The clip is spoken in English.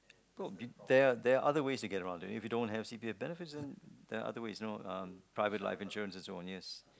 good there there are other ways to get around if you don't have C_P_F benefits then there are other ways you know uh private life insurance and so on yes